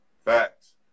Facts